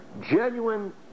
genuine